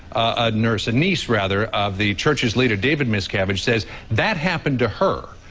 ah niece and niece rather of the church's leader, david miscavige says that happened to her.